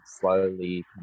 slowly